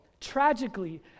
tragically